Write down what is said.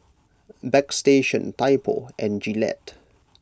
Bagstationz Typo and Gillette